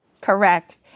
Correct